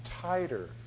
tighter